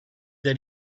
that